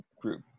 group